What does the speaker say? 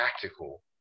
tactical